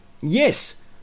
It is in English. Yes